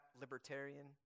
Libertarian